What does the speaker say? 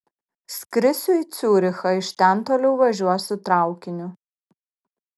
skrisiu į ciurichą iš ten toliau važiuosiu traukiniu